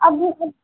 आइए फिर